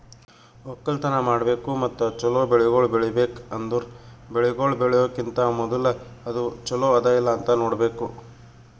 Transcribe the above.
ಒಕ್ಕಲತನ ಮಾಡ್ಬೇಕು ಮತ್ತ ಚಲೋ ಬೆಳಿಗೊಳ್ ಬೆಳಿಬೇಕ್ ಅಂದುರ್ ಬೆಳಿಗೊಳ್ ಬೆಳಿಯೋಕಿಂತಾ ಮೂದುಲ ಅದು ಚಲೋ ಅದಾ ಇಲ್ಲಾ ನೋಡ್ಬೇಕು